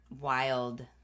wild